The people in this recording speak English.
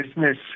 business